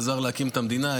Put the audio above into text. עזר להקים את המדינה,